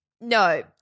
No